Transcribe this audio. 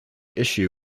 issue